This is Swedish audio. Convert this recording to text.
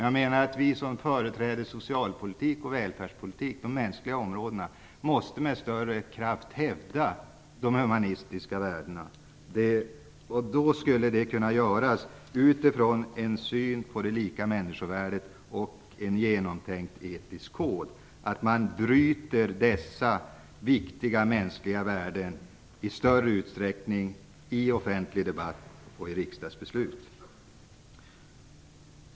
Jag menar dock att vi som företräder socialpolitik och välfärdspolitik, de mänskliga områdena, med större kraft måste hävda de humanistiska värdena. Då skulle det kunna göras utifrån en syn på det lika människovärdet och med en genomtänkt etisk kod. Man bryter mot dessa viktiga mänskliga värden i större utsträckning i offentlig debatt och i riksdagsbeslut.